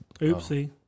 Oopsie